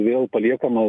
vėl paliekama